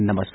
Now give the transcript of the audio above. नमस्कार